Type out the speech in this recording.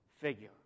figure